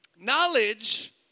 Knowledge